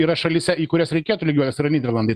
yra šalyse į kurias reikėtų lygiuotis tai yra nyderlandai